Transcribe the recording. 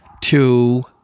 two